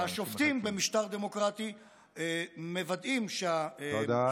והשופטים במשטר דמוקרטי מוודאים שהתקנות, תודה.